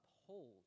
uphold